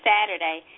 Saturday